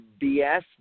BS